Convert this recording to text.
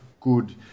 good